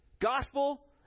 gospel